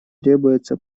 требуется